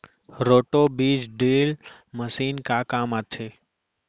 Roto बीज drill machine का काम आथे?